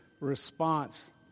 response